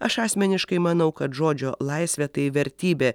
aš asmeniškai manau kad žodžio laisvė tai vertybė